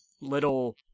little